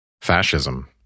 fascism